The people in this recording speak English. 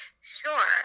sure